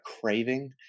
craving